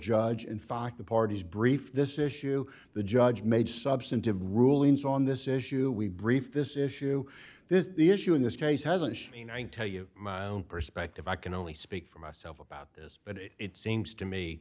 judge in fact the parties brief this issue the judge made substantive rulings on this issue we brief this issue this issue in this case hasn't anyone tell you my own perspective i can only speak for myself about this but it seems to me